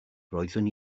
roeddwn